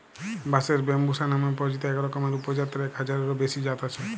বাঁশের ব্যম্বুসা নামে পরিচিত একরকমের উপজাতের এক হাজারেরও বেশি জাত আছে